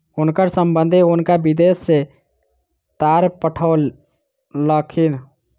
हुनकर संबंधि हुनका विदेश सॅ तार पठौलखिन